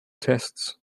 tests